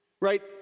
Right